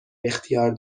اختیار